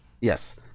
yes